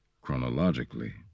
chronologically